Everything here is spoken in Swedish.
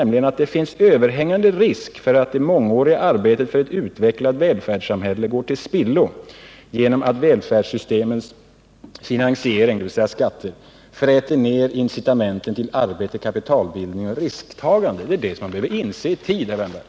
Men där står: ”Det finns överhängande risk för att det mångåriga arbetet för ett utvecklat välfärdssamhälle går till spillo genom att välfärdssystemens finansiering” — dvs. skatterna — ”fräter ner incitamenten till arbete, kapitalbildning och risktagande.” Detta måste man inse i tid, herr Wärnberg.